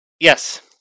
Yes